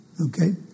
Okay